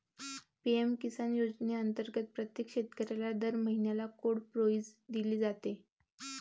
PM Kisan योजनेअंतर्गत प्रत्येक शेतकऱ्याला दर महिन्याला कोड प्राईज दिली जाते